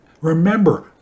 Remember